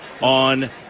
on